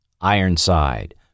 Ironside